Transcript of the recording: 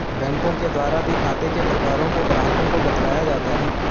बैंकों के द्वारा भी खाते के प्रकारों को ग्राहकों को बतलाया जाता है